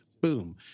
boom